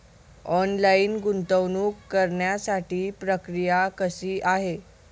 Online गुंतवणूक करण्यासाठी प्रक्रिया कशी आहे?